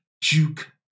Juke